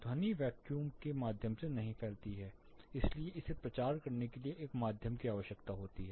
ध्वनि वैक्यूम के माध्यम से नहीं फैलती है इसलिए इसे प्रचार करने के लिए एक माध्यम की आवश्यकता होती है